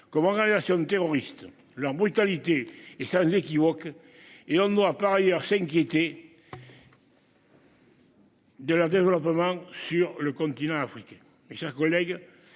Comme organisation terroriste leur brutalité et sans équivoque et on ne doit par ailleurs s'inquiétait. De leur développement sur le continent africain.